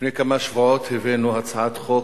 לפני כמה שבועות הבאנו הצעת חוק,